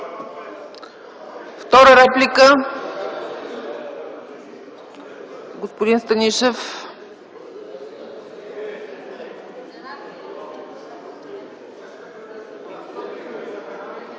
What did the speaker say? Втора реплика – господин Станишев.